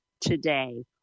today